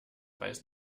weiß